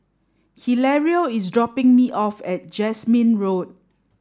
Hilario is dropping me off at Jasmine Road